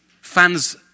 Fans